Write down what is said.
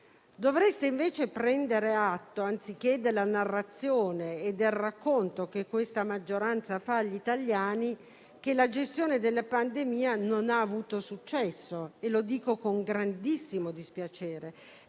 Dovreste invece prendere atto, anziché della narrazione e del racconto che questa maggioranza fa agli italiani, del fatto che la gestione della pandemia non ha avuto successo. Lo dico con grandissimo dispiacere.